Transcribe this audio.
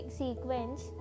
sequence